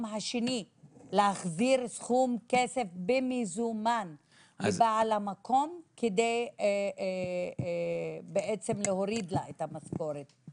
השני להחזיר סכום כסף במזומן לבעל המקום כדי בעצם להוריד לה את המשכורת?